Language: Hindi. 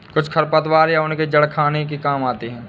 कुछ खरपतवार या उनके जड़ खाने के काम आते हैं